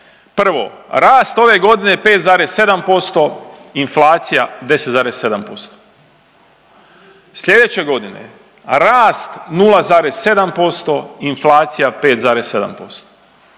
Prvo, rast ove godine 5,7%, inflacija 10,7%, sljedeće godine rast 0,7%, inflacija 5,7%.